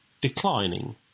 declining